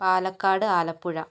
Palakkad Alappuzha